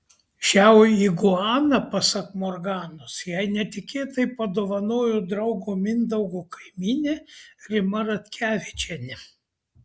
šią iguaną pasak morganos jai netikėtai padovanojo draugo mindaugo kaimynė rima ratkevičienė